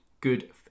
good